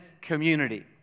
community